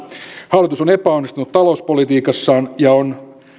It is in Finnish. hallitus on epäonnistunut talouspolitiikassaan ja on